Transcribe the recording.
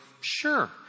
sure